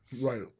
right